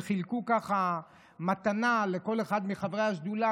וחילקו מתנה לכל אחד מחברי השדולה,